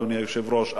אדוני היושב-ראש,